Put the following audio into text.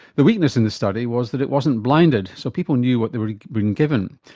the weakness in this study was that it wasn't blinded so people knew what they were being given.